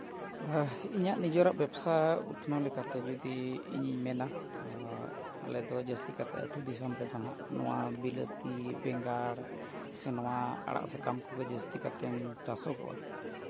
ᱤᱧᱟᱹᱜ ᱱᱤᱡᱮᱨᱟᱜ ᱵᱮᱵᱽᱥᱟ ᱩᱛᱱᱟᱹᱣ ᱞᱮᱠᱟᱛᱮ ᱡᱩᱫᱤ ᱤᱧᱤᱧ ᱢᱮᱱᱟ ᱟᱞᱮ ᱫᱚ ᱡᱟᱹᱛᱤ ᱠᱟᱛᱮ ᱟᱛᱳ ᱫᱤᱥᱚᱢ ᱨᱮᱫᱚ ᱦᱟᱸᱜ ᱱᱚᱣᱟ ᱵᱤᱞᱟᱹᱛᱤ ᱵᱮᱸᱜᱟᱲ ᱥᱮ ᱱᱚᱣᱟ ᱟᱲᱟᱜ ᱥᱟᱠᱟᱢ ᱠᱚᱜᱮ ᱡᱟᱹᱥᱛᱤ ᱠᱟᱛᱮ ᱪᱟᱥᱚᱜᱚᱜᱼᱟ